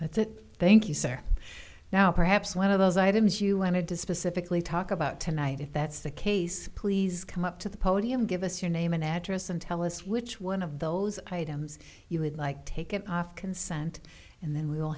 that's it thank you sir now perhaps one of those items you wanted to specifically talk about tonight if that's the case please come up to the podium give us your name and address and tell us which one of those items you would like take it off consent and then we